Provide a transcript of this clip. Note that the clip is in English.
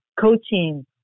coaching